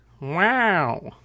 Wow